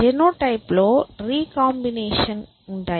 genotype లో recombination లు ఉంటాయి